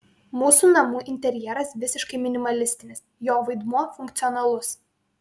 mūsų namų interjeras visiškai minimalistinis jo vaidmuo funkcionalus